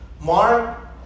Mark